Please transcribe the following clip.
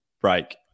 break